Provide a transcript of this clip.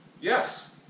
Yes